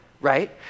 right